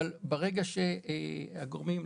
אבל ברגע שהגורמים,